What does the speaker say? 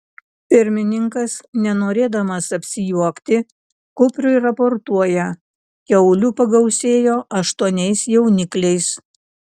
pirmininkas nenorėdamas apsijuokti kupriui raportuoja kiaulių pagausėjo aštuoniais jaunikliais